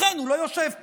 לכן הוא לא יושב פה.